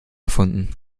erfunden